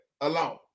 alone